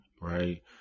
right